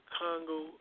Congo